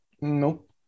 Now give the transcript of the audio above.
Nope